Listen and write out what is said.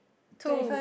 two